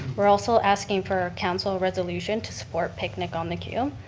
we're also asking for a council resolution to support picnic on the q.